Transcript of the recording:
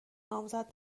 نامزد